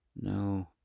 No